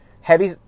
heavy